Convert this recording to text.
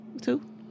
Two